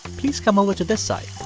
please come over to this side,